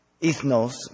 ethnos